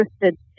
interested